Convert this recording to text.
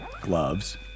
gloves